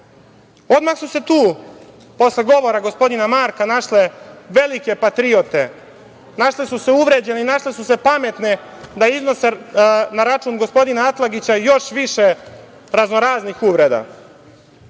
Odmah su se tu, posle govora gospodina Marka, našle velike patriote, našle su se uvređene, našle su se pametne da iznose na račun gospodina Atlagića još više raznoraznih uvreda. Ja